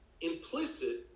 implicit